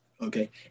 Okay